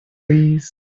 please